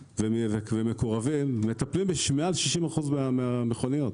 ומקורבים מטפלים במעל 60% מהמכוניות.